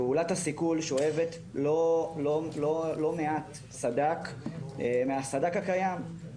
פעולת הסיכול שואבת לא מעט סד"כ מהסד"כ הקיים.